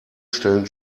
stellen